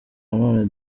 nanone